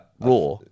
Raw